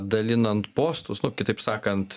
dalinant postus nuo kitaip sakant